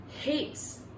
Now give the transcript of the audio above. hates